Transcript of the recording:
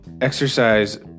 exercise